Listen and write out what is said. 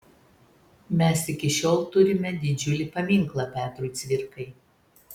mes iki šiol turime didžiulį paminklą petrui cvirkai